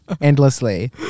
endlessly